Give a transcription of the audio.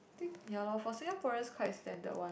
think ya loh for Singaporeans quite standard one